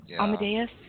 Amadeus